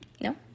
no